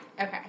Okay